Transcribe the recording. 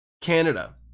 Canada